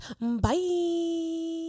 bye